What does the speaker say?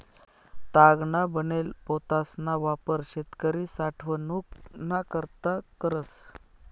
तागना बनेल पोतासना वापर शेतकरी साठवनूक ना करता करस